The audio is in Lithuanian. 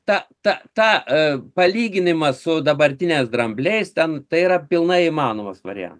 ta ta tą palyginimą su dabartiniais drambliais ten tai yra pilnai įmanomas variantas